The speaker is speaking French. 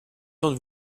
temps